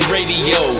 Radio